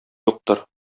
юктыр